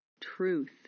truth